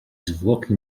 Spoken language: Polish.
zwłoki